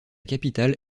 capitale